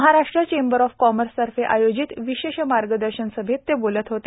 Maharashtra chamber of commerce तर्फे आयोजित विशेष मार्गदर्शन सभैत ते बोलत होते